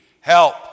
help